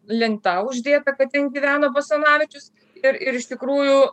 lenta uždėta kad ten gyveno basanavičius ir ir iš tikrųjų